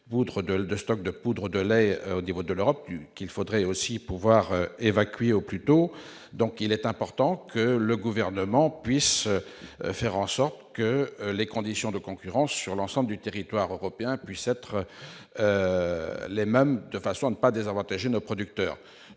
l'de stocks de poudre de lait au niveau de l'Europe qu'il faudrait aussi pouvoir évacuer au plus tôt, donc il est important que le gouvernement puisse faire en sorte que les conditions de concurrence sur l'ensemble du territoire européen puisse être les mêmes de façon à ne pas désavantager nos producteurs